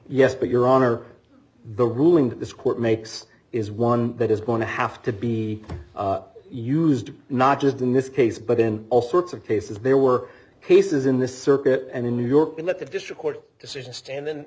yes but your honor the ruling that this court makes is one that is going to have to be used not just in this case but in all sorts of cases there were cases in this circuit and in new york and at the district court decision stand then